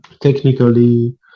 technically